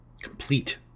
Complete